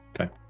okay